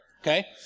okay